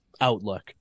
outlook